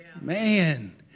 Man